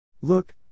Look